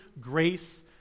grace